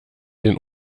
den